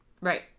Right